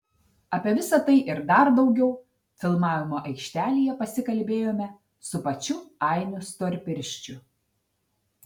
apie visa tai ir dar daugiau filmavimo aikštelėje pasikalbėjome su pačiu ainiu storpirščiu